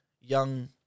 young